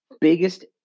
Biggest